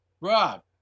Rob